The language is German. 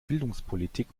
bildungspolitik